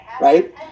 right